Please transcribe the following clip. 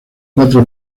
cuatro